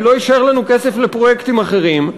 כי לא יישאר לנו כסף לפרויקטים אחרים,